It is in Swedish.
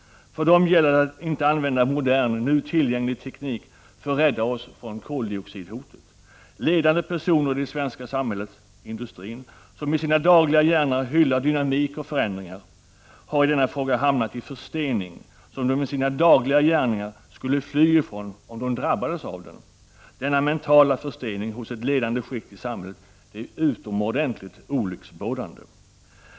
För dem gäller det att inte använda modern, nu tillgänglig teknik för att rädda oss från koldioxidhotet. Ledande personer i svensk industri, som i sin dagliga gärning hyllar dynamik och förändringar, har i denna fråga hamnat i en förstening, som de i sina dagliga gärningar skulle fly ifrån om de drabbades av den. Denna mentala förstening hos ett ledande skikt i samhället är utomordentligt olycksbådande.